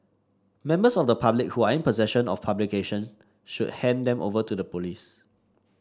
members of the public who are in possession of publication should hand them over to the police